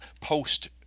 post